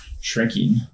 shrinking